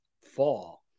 fall